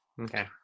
Okay